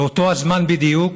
באותו הזמן בדיוק